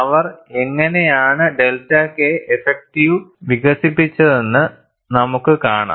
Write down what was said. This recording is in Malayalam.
അവർ എങ്ങനെയാണ് ഡെൽറ്റ K ഇഫക്റ്റിവ് വികസിപ്പിച്ചതെന്ന് നമുക്ക് കാണാം